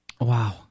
Wow